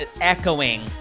echoing